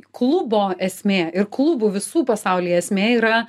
klubo esmė ir klubų visų pasaulyje esmė yra